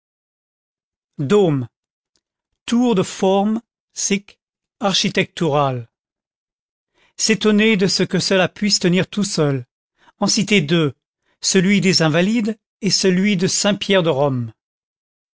dôme tour de forme sic architecturale s'étonner de ce que cela puisse tenir tout seul en citer deux celui des invalides et celui de